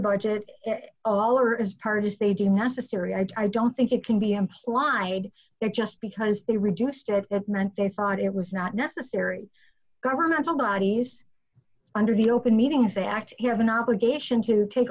budget of all or as part of staging necessary i don't think it can be implied that just because they reduced it at ment they thought it was not necessary governmental bodies under the open meetings they actually have an obligation to take